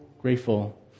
grateful